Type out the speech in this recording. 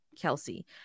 Kelsey